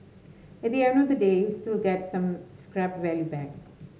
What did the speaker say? at the end of the day you'll still get some scrap value back